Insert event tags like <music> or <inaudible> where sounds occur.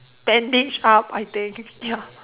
bandaged up I think <laughs> ya